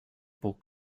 puc